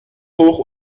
hoch